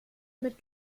mit